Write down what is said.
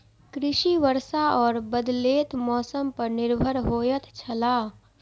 कृषि वर्षा और बदलेत मौसम पर निर्भर होयत छला